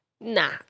Nah